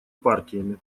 партиями